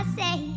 say